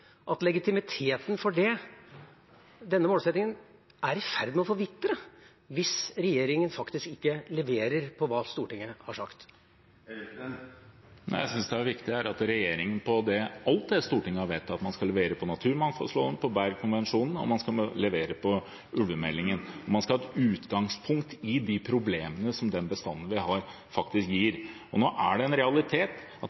at legitimiteten til denne målsettingen er i ferd med å forvitre, hvis regjeringa ikke leverer på hva Stortinget har sagt. Jeg synes det er viktig at regjeringen leverer på alt det Stortinget har vedtatt. Man skal levere på naturmangfoldloven og på Bern-konvensjonen, og man skal levere på ulvemeldingen. Man skal ta utgangspunkt i de problemene som den bestanden vi har, faktisk gir. Det er en realitet at